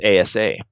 ASA